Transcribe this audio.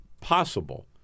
possible